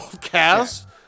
cast